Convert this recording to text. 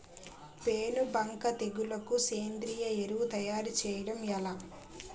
పేను బంక తెగులుకు సేంద్రీయ ఎరువు తయారు చేయడం ఎలా?